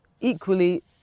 equally